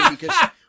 because-